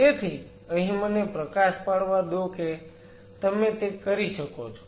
તેથી અહીં મને પ્રકાશ પાડવા દો કે તમે તે કરી શકો છો